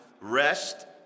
rest